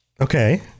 Okay